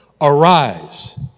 arise